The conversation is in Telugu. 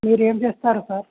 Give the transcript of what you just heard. మీరు ఏం చేస్తారు సార్